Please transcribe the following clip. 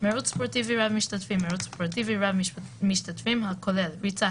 ״מרוץ ספורטיבי רב-משתתפים" מרוץ ספורטיבי רב-משתתפים הכולל ריצה,